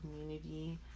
community